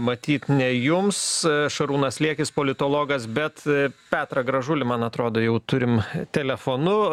matyt ne jums šarūnas liekis politologas bet petrą gražulį man atrodo jau turim telefonu